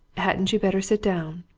hadn't you better sit down?